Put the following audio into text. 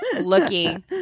looking